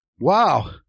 Wow